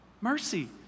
mercy